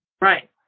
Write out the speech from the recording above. Right